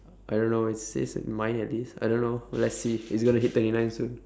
I don't know it says at mine at least I don't know let's see it's going to hit twenty nine soon